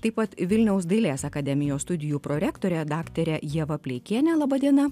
taip pat vilniaus dailės akademijos studijų prorektore daktare ieva pleikiene laba diena